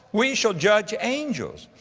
we shall judge angels.